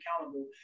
accountable